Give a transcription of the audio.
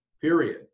period